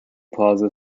plaza